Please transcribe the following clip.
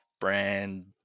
brand